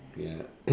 ya